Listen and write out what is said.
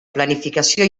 planificació